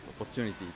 opportunity